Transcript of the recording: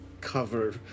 cover